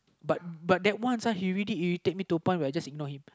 but but that once uh he really irritate me to the point where I just ignore him